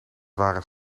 waren